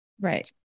Right